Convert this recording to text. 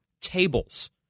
tables